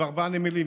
וארבעה נמלים,